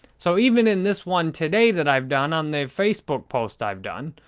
so, even in this one today that i've done on the facebook post i've done,